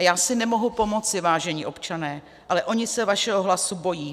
A já si nemohu pomoci, vážení občané, ale oni se vašeho hlasu bojí.